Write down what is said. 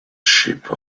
shape